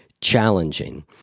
challenging